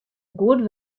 goed